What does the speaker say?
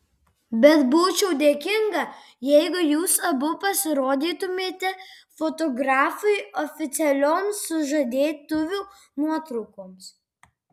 bet būčiau dėkinga jeigu jūs abu pasirodytumėte fotografui oficialioms sužadėtuvių nuotraukoms